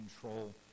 control